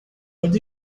what